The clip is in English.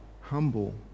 humble